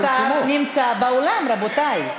השר נמצא באולם, רבותי.